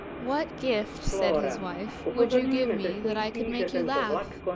what gift, said his wife, would you give me that i could make you laugh?